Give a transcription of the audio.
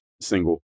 single